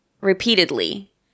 repeatedly